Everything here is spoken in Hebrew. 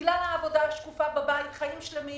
בגלל השקופה העבודה בבית חיים שלמים